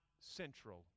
central